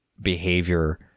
behavior